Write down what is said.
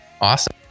Awesome